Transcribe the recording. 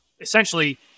essentially